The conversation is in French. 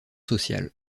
social